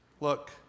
Look